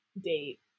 date